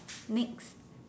next